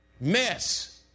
Mess